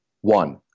One